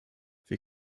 wir